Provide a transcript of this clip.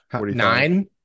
Nine